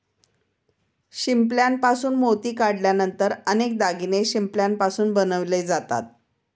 शिंपल्यापासून मोती काढल्यानंतर अनेक दागिने शिंपल्यापासून बनवले जातात